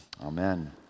amen